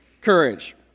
courage